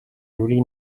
really